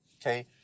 Okay